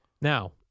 Now